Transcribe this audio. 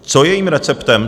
Co je jejím receptem?